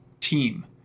team